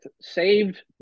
saved